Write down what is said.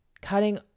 cutting